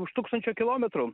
už tūkstančio kilometrų